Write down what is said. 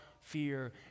fear